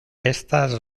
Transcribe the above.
estas